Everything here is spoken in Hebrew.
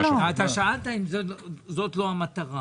אתה שאלת אם לא זאת המטרה